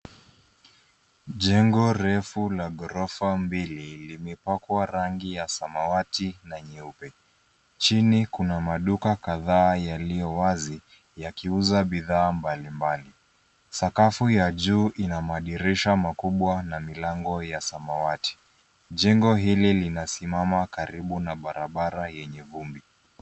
Jengo refu la ghorofa mbili, limepakwa rangi ya samawati na nyeupe. Chini kuna maduka kadhaa yaliyowazi, yakiuza bidhaa mbalimbali. Sakafu ya juu ina madirisha makubwa na milango ya samawati. Jengo hili linasimama karibu na barabara yenye vumbi.